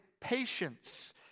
patience